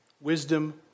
wisdom